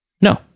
No